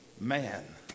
man